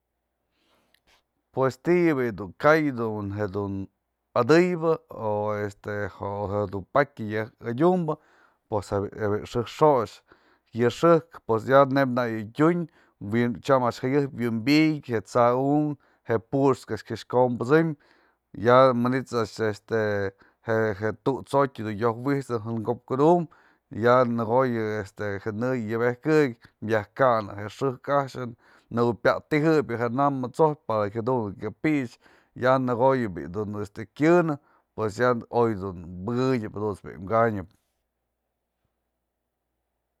Pues ti'i bi'i yë du ka'ay du jedun adëybë o este jedun pakya yëjk adyumbë pues je bi'i xëjk xo'ox, yë xëjk pues ya neyb nak yë tyun, tyam a'ax jëyë'ëp wi'inpyë, je t'sa'a unkë, jë puxkë a'ax kyëx konbët'sëm, ya manit a'ax este je tut'so'otë jedun yoj wi'ijt'snë jën ko'op kudum, ya nëkoyë este je në'ë yëbejkëknë, yaj kan'në xëjk a'ax, nëwë pya'atyjë janam jat'sopë parq que jadun yë kya pi'it's, në ko'oyë kyënë, pues ya oy dun pëkënyëp jadun bi'i kanyëp.